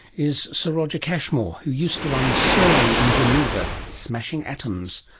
is sir roger cashmore who used to run cern in geneva smashing atoms.